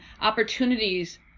Opportunities